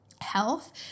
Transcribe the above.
health